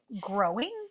growing